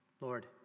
Lord